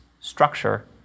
structure